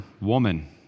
Woman